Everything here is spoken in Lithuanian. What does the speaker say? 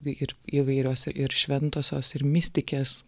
ir įvairiose ir šventosios ir mistikės